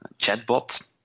chatbot